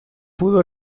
pudo